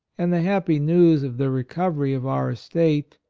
and the happy news of the recovery of our estate,